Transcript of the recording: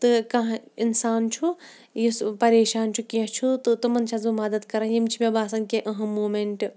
تہٕ کانٛہہ اِنسان چھُ یُس پریشان چھُ کینٛہہ چھُ تہٕ تِمَن چھَس بہٕ مَدَد کَران یِم چھِ مےٚ باسان کینٛہہ اہم موٗمٮ۪نٛٹ